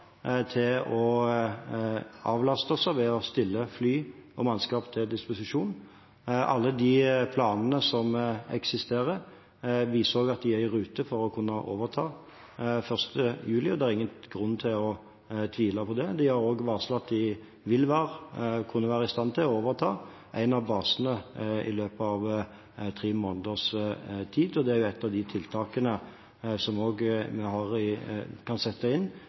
til å avlaste ved å stille fly og mannskap til disposisjon. Alle de planene som eksisterer, viser at de er i rute for å kunne overta 1. juli, og det er ingen grunn til å tvile på det. De har også varslet at de vil kunne være i stand til å overta en av basene i løpet av tre måneders tid, og det er jo et av de tiltakene vi kan sette inn hvis Lufttransport AS har problemer med å oppfylle sin kontrakt. Mitt hovedengasjement i